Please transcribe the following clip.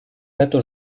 эту